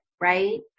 right